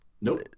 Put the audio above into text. Nope